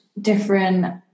different